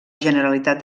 generalitat